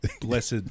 blessed